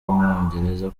w’umwongereza